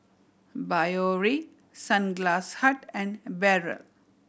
Biore Sunglass Hut and Barrel